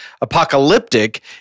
Apocalyptic